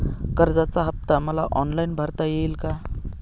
कर्जाचा हफ्ता मला ऑनलाईन भरता येईल का?